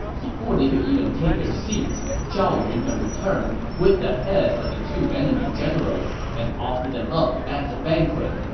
before they could even take their seats, zhao yun had returned with the heads of the two enemy generals and offered them up at the banquet,